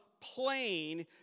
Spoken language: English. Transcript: plain